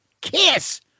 KISS